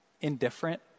indifferent